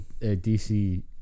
DC